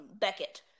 Beckett